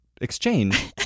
exchange